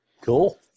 Cool